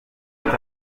est